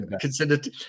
considered